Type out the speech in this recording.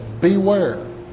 beware